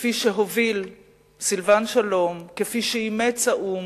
כפי שהוביל סילבן שלום, כפי שאימץ האו"ם,